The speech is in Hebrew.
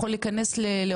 את העובדים שלו כמובן,